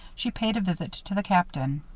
she paid a visit to the captain.